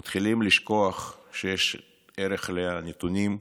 אנחנו מתחילים לשכוח שיש ערך לנתונים,